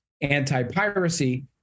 anti-piracy